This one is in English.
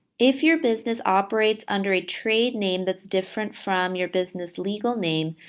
if your business operates under a trade name that's different from your business legal name,